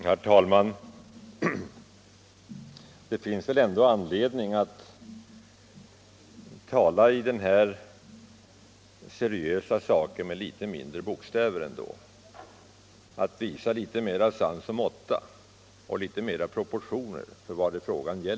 Herr talman! Det finns väl ändå anledning att tala i den här seriösa frågan med litet mindre bokstäver, att visa litet mera sans och måtta och sinne för proportioner.